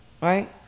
Right